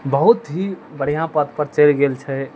बहुत ही बढ़िऑं पद पर चैलि गेल छै